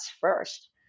first